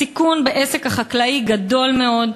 הסיכון בעסק החקלאי גדול מאוד,